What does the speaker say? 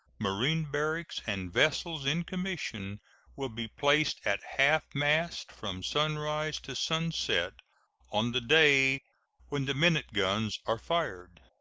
marine barracks, and vessels in commission will be placed at half-mast from sunrise to sunset on the day when the minute guns are fired.